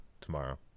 tomorrow